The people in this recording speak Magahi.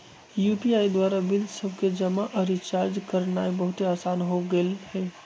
यू.पी.आई द्वारा बिल सभके जमा आऽ रिचार्ज करनाइ बहुते असान हो गेल हइ